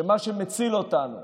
ומה שמציל אותנו